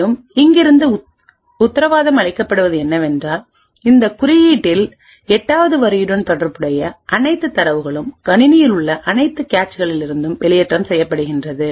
மேலும் இங்கிருந்து உத்தரவாதம் அளிக்கப்படுவது என்னவென்றால் இந்த குறியீட்டில் 8 வது வரியுடன் தொடர்புடைய அனைத்து தரவுகளும் கணினியில் உள்ள அனைத்து கேச்களிலிருந்தும் வெளியேற்றம் செய்யப்படுகின்றது